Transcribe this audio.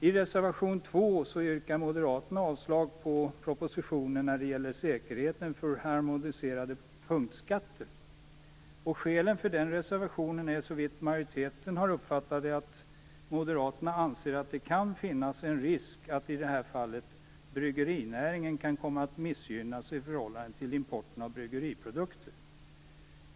I reservation 2 yrkar Moderaterna avslag på propositionen när det gäller säkerheten för harmoniserade punktskatter. Skälen för reservationen är, som majoriteten uppfattat, att Moderaterna anser att det kan finnas en risk att, i det här fallet, bryggerinäringen kan komma att missgynnas i förhållande till importen av bryggeriprodukter.